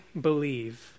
believe